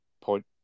point